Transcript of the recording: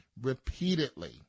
repeatedly